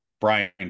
Brian